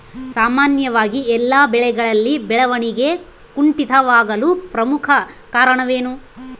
ಸಾಮಾನ್ಯವಾಗಿ ಎಲ್ಲ ಬೆಳೆಗಳಲ್ಲಿ ಬೆಳವಣಿಗೆ ಕುಂಠಿತವಾಗಲು ಪ್ರಮುಖ ಕಾರಣವೇನು?